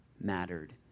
mattered